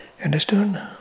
Understood